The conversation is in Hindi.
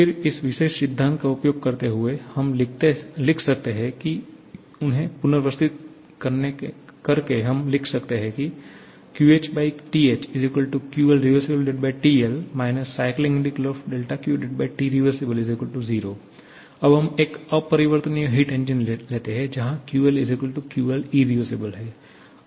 फिर इस विशेष सिद्धांत का उपयोग करते हुए हम लिख सकते हैं कि उन्हें पुनर्व्यवस्थित करके हम लिख सकते हैं की QHTHQLrevTLQTrev0 अब हम एक अपरिवर्तनीय हिट इंजन लेते हैं जहां QL QL irr है